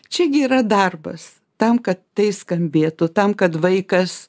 čia gi yra darbas tam kad tai skambėtų tam kad vaikas